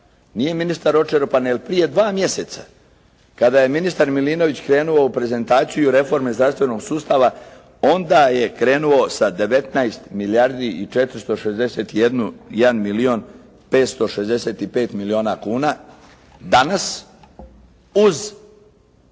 nije ministar očerupan jer prije dva mjeseca kada je ministar Milinović krenuo u prezentaciju reforme zdravstvenog sustava onda je krenuo sa 19 milijuna i 461 milijun 565 milijuna kuna danas uz